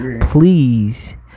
Please